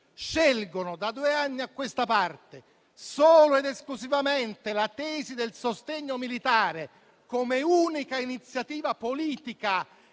scelgono da due anni a questa parte solo ed esclusivamente la tesi del sostegno militare come unica iniziativa politica